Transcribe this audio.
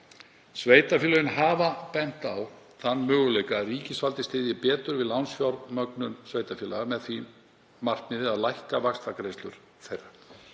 Sveitarfélögin hafa bent á þann möguleika að ríkisvaldið styðji betur við lánsfjármögnun sveitarfélaga með því markmiði að lækka vaxtagreiðslur þeirra.